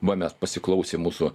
va mes pasiklausėm mūsų